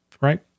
right